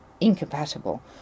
incompatible